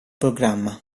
programma